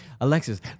Alexis